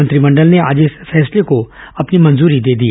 मंत्रिमंडल ने आज इस फैसले को अपनी मंजूरी दे दी